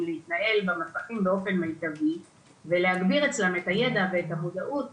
להתנהל במסכים באופן מיטבי ולהגביר אצלם את הידע ואת המודעות